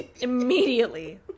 Immediately